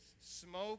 smoke